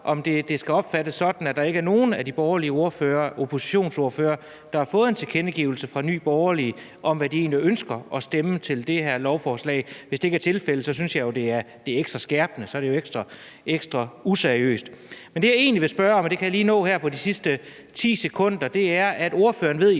om det skal opfattes sådan, at der ikke er nogen af de borgerlige oppositionsordførere, der har fået en tilkendegivelse fra Nye Borgerlige om, hvad de egentlig ønsker at stemme til det her lovforslag. Hvis det ikke er tilfældet, synes jeg jo, det er ekstra useriøst. Men det, jeg egentlig vil spørge om, kan jeg lige nå her på de sidste 10 sekunder. Ordføreren, ved